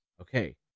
Okay